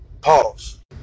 Pause